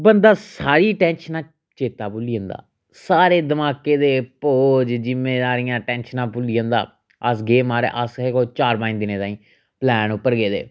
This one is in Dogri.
बंदा सारी टैंशनां चेता भुल्ली जंदा सारे दमाके दे बोझ जिम्मेदारियां टैंशनां भुल्ली जंदा अस गे महाराज अस हे कोई चार पंज दिनें ताईं प्लैन उप्पर हे गेदे